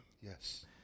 yes